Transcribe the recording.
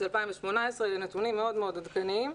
2018. אלה נתונים מאוד מאוד עדכניים.